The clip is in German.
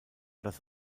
das